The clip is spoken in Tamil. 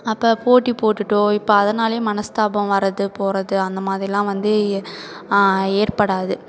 அப்போ போட்டிப்போட்டுட்டோ இப்போ அதனாலேயே மனஸ்தாபம் வர்றது போறது அந்த மாதிரிலாம் வந்து ஏற்படாது